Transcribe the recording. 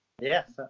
Yes